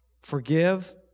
forgive